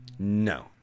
No